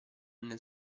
nel